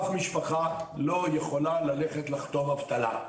אף משפחה לא יכולה ללכת לחתום אבטלה,